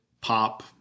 pop